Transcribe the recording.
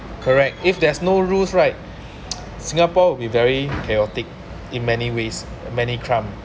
correct if there's no rules right singapore will be very chaotic in many ways many crime